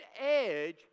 edge